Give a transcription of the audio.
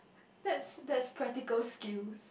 that's that's practical skills